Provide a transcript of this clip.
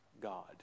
God